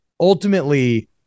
ultimately